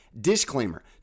disclaimer